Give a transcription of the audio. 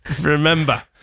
Remember